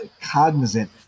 cognizant